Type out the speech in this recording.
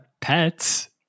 pets